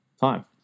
time